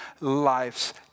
lives